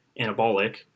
anabolic